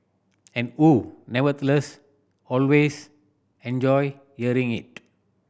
and who nevertheless always enjoy hearing it